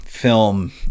film